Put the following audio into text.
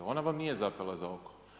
Ona vam nije zapela za oko.